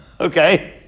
Okay